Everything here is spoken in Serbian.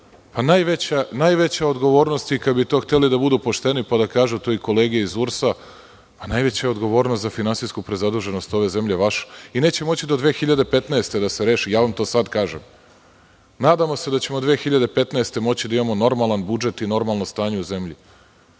Najveća odgovornost, kada bi hteli da budu pošteni i da kažu tu su kolege iz URS, najveća odgovornost za finansijsku prezaduženost ove zemlje je vaša i neće moći do 2015. godine da se reši. To vam sada kažem. Nadamo se da ćemo 2015. godine moći da imamo normalan budžet i normalno stanje u zemlji,